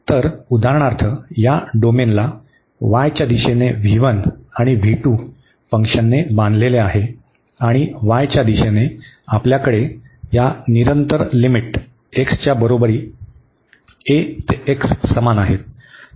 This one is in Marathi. तर उदाहरणार्थ या डोमेनला y च्या दिशेने v1 आणि v2 फंक्शनने बांधलेले आहे आणि y च्या दिशेने आपल्याकडे या कन्टीन्युअस लिमिट x च्या बरोबरी a ते x समान आहेत